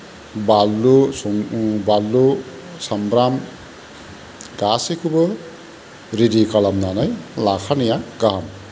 बानलु सं बानलु सामब्राम गासैखौबो रेडि खालामनानै लाखानाया गाहाम